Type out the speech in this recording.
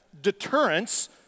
deterrence